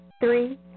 Three